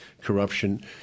corruption